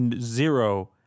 zero